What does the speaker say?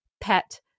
Pet